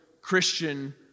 Christian